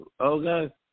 Okay